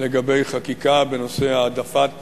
לגבי חקיקה בנושא העדפת